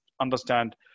understand